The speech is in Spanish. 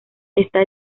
ésta